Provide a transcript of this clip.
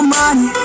money